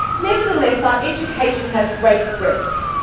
nevertheless our education has great breadth.